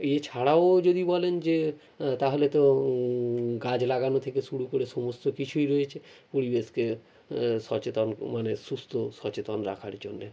এছাড়াও যদি বলেন যে তাহলে তো গাছ লাগানো থেকে শুরু করে সমস্ত কিছুই রয়েছে পরিবেশকে সচেতন মানে সুস্থ সচেতন রাখার জন্যে